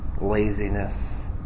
laziness